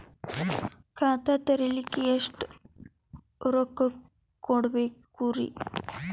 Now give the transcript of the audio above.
ಖಾತಾ ತೆರಿಲಿಕ ಎಷ್ಟು ರೊಕ್ಕಕೊಡ್ಬೇಕುರೀ?